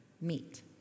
meet